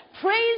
Praise